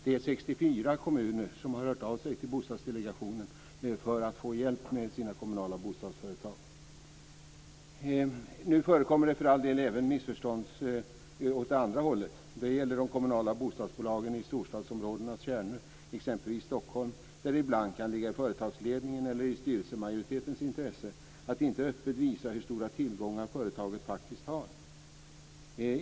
Det är 64 kommuner som har hört av sig till Bostadsdelegationen för att få hjälp med sina kommunala bostadsföretag. Det förekommer för all del även missförstånd åt det andra hållet. Det gäller de kommunala bostadsbolagen i storstadsområdenas kärnor, exempelvis Stockholm, där det ibland kan ligga i företagsledningens eller i styrelsemajoritetens intresse att inte öppet visa hur stora tillgångar företaget faktiskt har.